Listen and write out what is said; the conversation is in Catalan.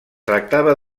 tractava